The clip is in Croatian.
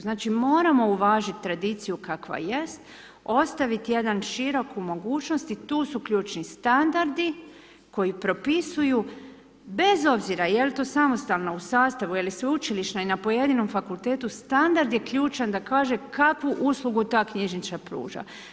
Znači, moramo uvažiti tradiciju kakva jest, ostaviti jednu široku mogućnost i tu su ključni standardi koji propisuju bez obzira je li to samostalno, u sastavu, je li sveučilišna ili na pojedinom fakultetu, standard je ključan da kaže kakvu uslugu ta knjižnica pruža.